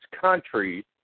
countries